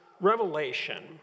revelation